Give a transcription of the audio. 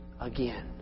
again